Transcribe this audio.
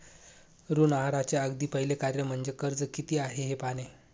ऋण आहाराचे अगदी पहिले कार्य म्हणजे कर्ज किती आहे हे पाहणे